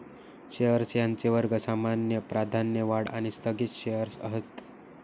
shares यांचे वर्ग सामान्य, प्राधान्य, वाढ आणि स्थगित शेअर्स हत